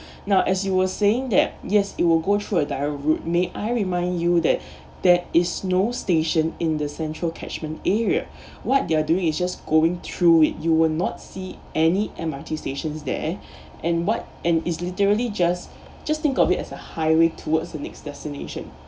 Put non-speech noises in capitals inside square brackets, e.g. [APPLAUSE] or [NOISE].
[BREATH] now as you were saying that yes it will go through a direct route may I remind you that [BREATH] that is no station in the central catchment area what they're doing is just going through it you will not see any M_R_T stations there and what and is literally just just think of it as a highway towards the next destination